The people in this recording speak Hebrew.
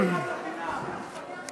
ההצעה